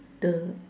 the